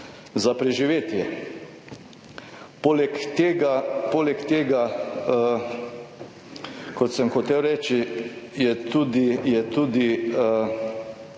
za preživetje. Poleg tega, kot sem hotel reči, je tudi